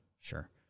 sure